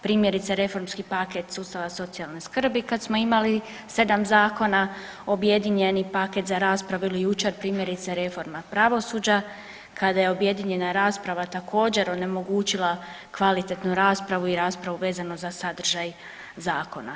Primjerice reformski paket sustava socijalne skrbi kad smo imali 7 zakona, objedinjeni paket za raspravu ili jučer primjerice reforma pravosuđa kada je objedinjena rasprava također onemogućila kvalitetnu raspravu i raspravu vezano za sadržaj zakona.